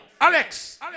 Alex